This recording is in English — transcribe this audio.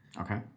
Okay